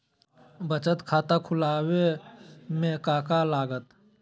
बचत खाता खुला बे में का का लागत?